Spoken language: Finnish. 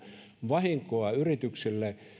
vahinkoa yrityksille